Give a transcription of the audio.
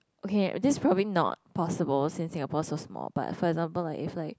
okay this probably not possible since Singapore so small but for example like if like